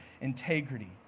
integrity